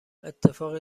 اتفاق